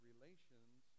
relations